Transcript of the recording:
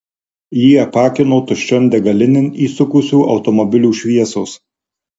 jį apakino tuščion degalinėn įsukusių automobilių šviesos